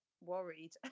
worried